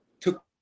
took